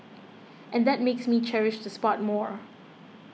and that makes me cherish the spot more